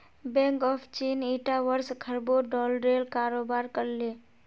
bank of Cheen ईटा वर्ष खरबों डॉलरेर कारोबार कर ले